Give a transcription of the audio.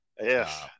yes